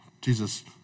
Jesus